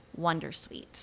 Wondersuite